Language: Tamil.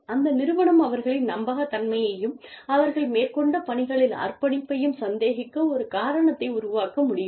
அந்த நிறுவனம் அவர்களின் நம்பகத்தன்மையையும் அவர்கள் மேற்கொண்ட பணிகளில் அர்ப்பணிப்பையும் சந்தேகிக்க ஒரு காரணத்தை உருவாக்க முடியும்